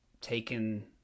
taken